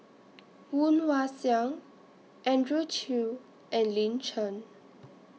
Woon Wah Siang Andrew Chew and Lin Chen